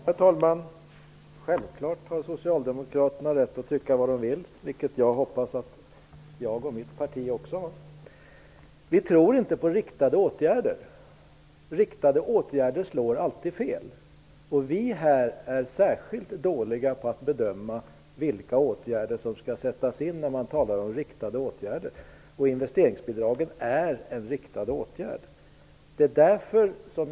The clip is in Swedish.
Herr talman! Självklart har Socialdemokraterna rätt att tycka vad de vill, vilket jag hoppas att jag och mitt parti också har. Vi tror inte på riktade åtgärder. Riktade åtgärder slår alltid fel, och vi här är särskilt dåliga på att bedöma vilka åtgärder som skall sättas in, när man talar om riktade åtgärder. Investeringsbidraget är en riktad åtgärd.